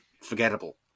forgettable